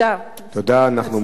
אנחנו מודים על הדברים.